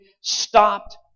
stopped